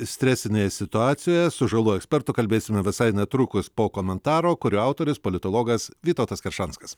stresinėje situacijoje su žalų ekspertu kalbėsime visai netrukus po komentaro kurio autorius politologas vytautas keršanskas